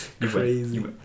crazy